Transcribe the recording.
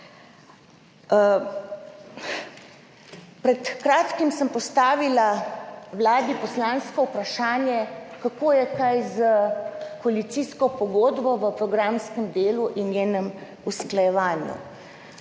Pred kratkim sem postavila vladi poslansko vprašanje, kako je kaj s koalicijsko pogodbo v programskem delu in njenem usklajevanju.